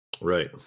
right